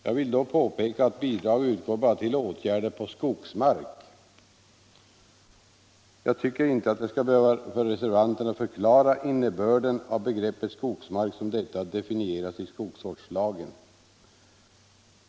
Jag vill då påpeka att bidrag utgår bara till åtgärder på skogsmark. Jag tycker inte att jag skall behöva för reservanterna förklara innebörden av begreppet skogsmark såsom detta definieras i skogsvårdslagen.